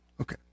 Okay